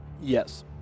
Yes